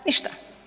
Ništa.